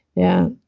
yeah.